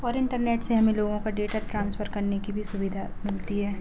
और इन्टरनेट से हमें लोगों का डेटा ट्रान्सफर करने की सुविधा मिलती है